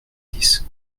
six